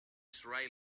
sri